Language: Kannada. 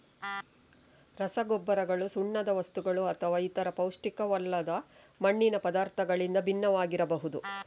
ರಸಗೊಬ್ಬರಗಳು ಸುಣ್ಣದ ವಸ್ತುಗಳುಅಥವಾ ಇತರ ಪೌಷ್ಟಿಕವಲ್ಲದ ಮಣ್ಣಿನ ಪದಾರ್ಥಗಳಿಂದ ಭಿನ್ನವಾಗಿರಬಹುದು